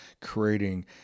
creating